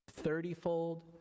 thirtyfold